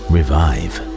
Revive